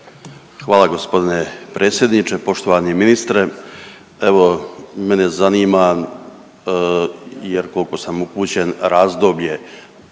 Hvala g. predsjedniče. Poštovani ministre, evo mene zanima jer koliko sam upućen razdoblje